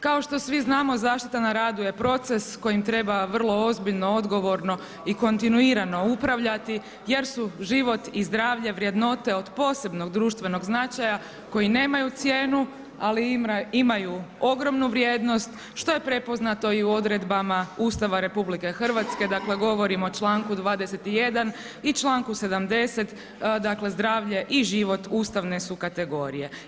Kao što svi znamo zaštita na radu je proces kojim treba vrlo ozbiljno, odgovorno i kontinuirano upravljati jer su život i zdravlje vrednote od posebnog društvenog značaja koji nemaju cijenu, ali imaju ogromnu vrijednost što je prepoznato i u odredbama Ustava RH, dakle govorim o članku 21 i članku 70 dakle zdravlje i život Ustavne su kategorije.